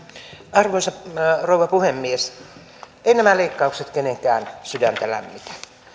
arvoisa rouva puhemies eivät nämä leikkaukset kenenkään sydäntä lämmitä